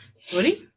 Sorry